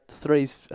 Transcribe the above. three's